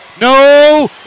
No